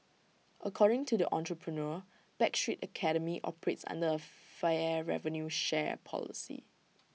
according to the entrepreneur backstreet academy operates under A fair revenue share policy